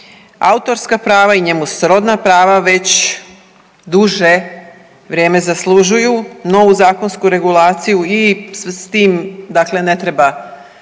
Autorska prava i njemu srodna prava već duže vrijeme zaslužuju novu zakonsku regulaciju i s tim dakle ne treba